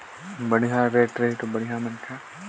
मैं हवे कम खरचा मा फसल ला लगई के अच्छा फायदा कइसे ला सकथव?